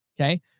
Okay